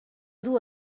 dur